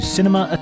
Cinema